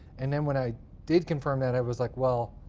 and then when i did confirm that, i was like, well,